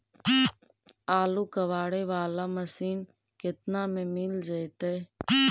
आलू कबाड़े बाला मशीन केतना में मिल जइतै?